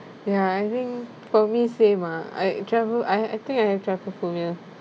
ya I think for me same ah I trypo~ I I think I have trypophobia